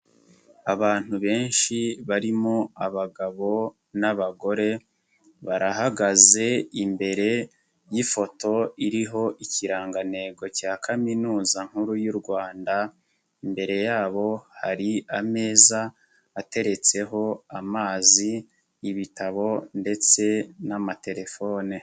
Abantu benshi barimo abagabo n'abagore barahagaze imbere y'ifoto iriho ikirangantego cya kaminuza nkuru y'u Rwanda, imbere yabo hari ameza ateretseho amazi, ibitabo ndetse n'amatelefone.